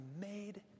made